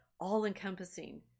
all-encompassing